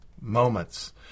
moments